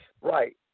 Right